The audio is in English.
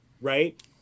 right